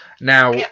Now